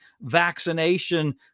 vaccination